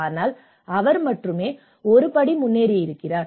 ஆனால் அவர் மட்டுமே ஒரு படி முன்னேறிவிட்டார்